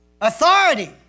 Authority